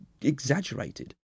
exaggerated